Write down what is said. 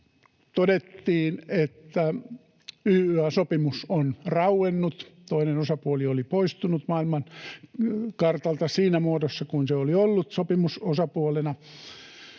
todettiin, että YYA-sopimus on rauennut, toinen osapuoli oli poistunut maailmankartalta siinä muodossa kuin se oli ollut sopimusosapuolena,